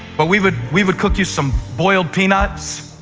but we would we would cook you some boiled peanuts,